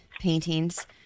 paintings